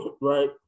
right